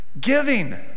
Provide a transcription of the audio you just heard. Giving